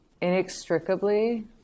inextricably